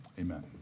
Amen